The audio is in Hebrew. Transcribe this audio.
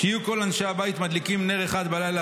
שיהיו כל אנשי הבית מדליקין נר אחד בלילה